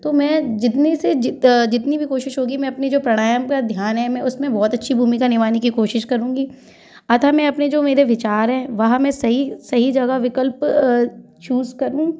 तो मैं जितनी से जित अ जितनी भी कोशिश होगी मैं अपनी जो प्रणायाम पर ध्यान है मैं उसमें बहुत अच्छी भूमिका निभाने की कोशिश करूँगी अतः मैं अपने जो मेरे विचार हैं वह मैं सही सही जगह विकल्प अ चूज़ करूँ